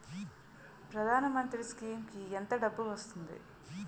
ప్రధాన మంత్రి స్కీమ్స్ కీ ఎంత డబ్బు వస్తుంది?